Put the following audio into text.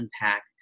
unpack